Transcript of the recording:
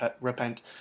repent